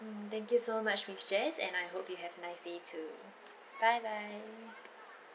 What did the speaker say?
mm thank you so much miss jess and I hope you have a nice day too bye bye